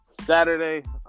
Saturday